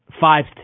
five